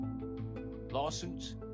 Lawsuits